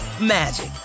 magic